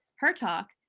her talk,